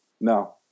no